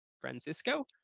Francisco